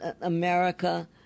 America